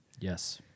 Yes